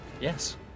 Yes